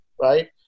right